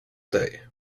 day